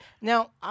Now